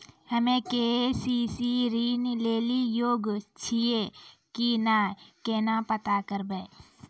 हम्मे के.सी.सी ऋण लेली योग्य छियै की नैय केना पता करबै?